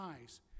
eyes